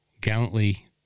Gallantly